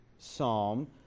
Psalm